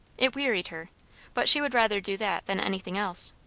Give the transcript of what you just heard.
it wearied her but she would rather do that than anything else.